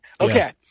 Okay